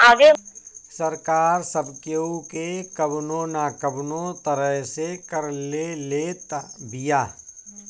सरकार सब केहू के कवनो ना कवनो तरह से कर ले लेत बिया